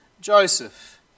Joseph